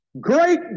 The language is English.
Great